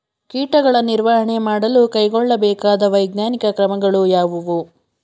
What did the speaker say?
ಕೀಟಗಳ ನಿರ್ವಹಣೆ ಮಾಡಲು ಕೈಗೊಳ್ಳಬೇಕಾದ ವೈಜ್ಞಾನಿಕ ಕ್ರಮಗಳು ಯಾವುವು?